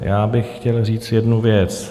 Já bych chtěl říct jednu věc.